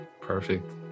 Perfect